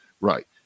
Right